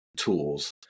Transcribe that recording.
tools